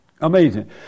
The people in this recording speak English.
Amazing